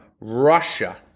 Russia